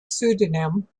pseudonym